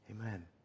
Amen